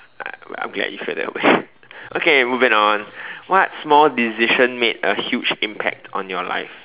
I I'm glad you feel that way okay moving on what small decision made a huge impact on your life